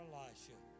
Elisha